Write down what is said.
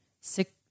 six